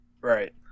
right